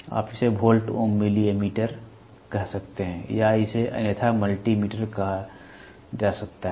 आप इसे volt ohm milliammeter कह सकते हैं या इसे अन्यथा मल्टी मीटर कहा जा सकता है